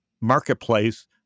marketplace